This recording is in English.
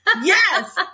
Yes